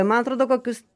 man atrodo kokius